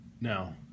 Now